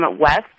West